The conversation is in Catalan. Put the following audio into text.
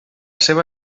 seva